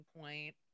point